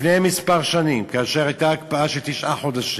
לפני כמה שנים, כאשר הייתה הקפאה של תשעה חודשים,